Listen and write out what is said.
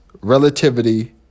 Relativity